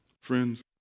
Friends